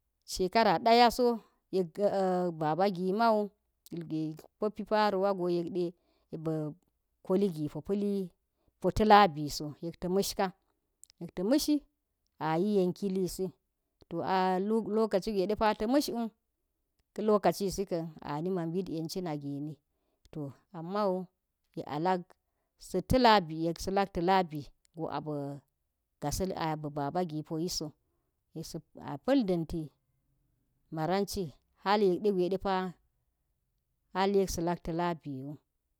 Shekara daya so yek biba gi man ilgwe popipam wa go yek de kwali gi popa̱li po ta̱ labi so yet ta mash ka̱, yet ta mashi ayi yenkilisi to a lokaci gwe depa ta mash wu ka̱ lokacisikan a nim ambit yen cina gini to aman yek a ak sta̱ labi, yek salak ta̱lasi go abi agasil gi, a bi banagi poyiso, yet sa, a pal danti maranchi har yek de gwe hal yek sa̱ lak talabi.